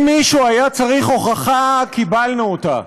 אם מישהו היה צריך הוכחה, קיבלנו אותה.